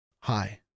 Hi